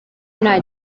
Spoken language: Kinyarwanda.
nta